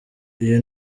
uyu